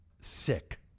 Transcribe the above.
sick